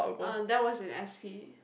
uh that was in S_P